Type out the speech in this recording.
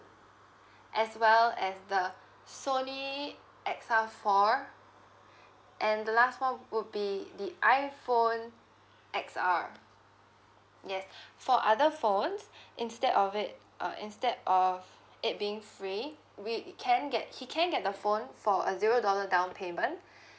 as well as the Sony X_R phone and the last one would be the iPhone X_R yes for other phones instead of it uh instead of it being free we it can get he can get the phone for a zero dollar down payment